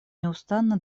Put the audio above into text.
неустанно